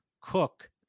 Cook